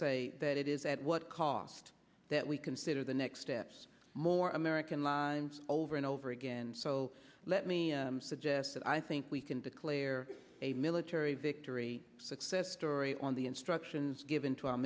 say that it is at what cost that we consider the next steps more american lives over and over again so let me suggest that i think we can declare a military victory success story on the instructions given to our